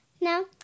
No